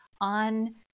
on